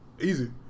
Easy